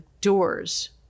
doors